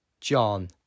John